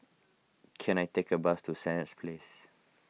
can I take a bus to Senett Place